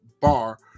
bar